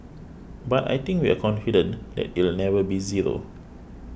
but I think we're confident that it'll never be zero